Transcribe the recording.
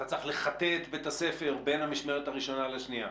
אתה צריך לחטא את בית הספר בין המשמרת הראשונה לשנייה.